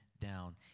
down